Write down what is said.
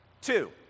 Two